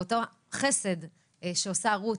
ואותו חסד שעושה רות,